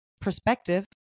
perspective